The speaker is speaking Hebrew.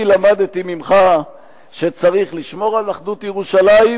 אני למדתי ממך שצריך לשמור על אחדות ירושלים,